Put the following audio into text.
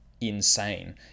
insane